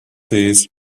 plîs